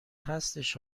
هستش